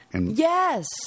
Yes